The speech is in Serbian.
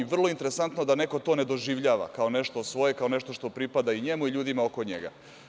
Vrlo je interesantno da neko to ne doživljava kao nešto svoje, kao nešto što pripada i njemu i ljudima oko njega.